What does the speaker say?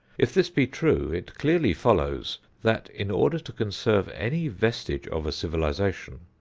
if this be true, it clearly follows that in order to conserve any vestige of a civilization,